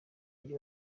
mujyi